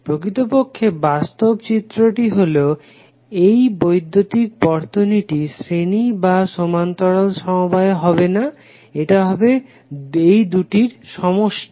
প্রকৃতপক্ষে বাস্তব চিত্রটি হলো এই বৈদ্যুতিক বর্তনীটি শ্রেণী বা সমান্তরাল সমবায় হবে না এটা হবে এই দুটির সমষ্টি